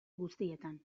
guztietan